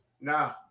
no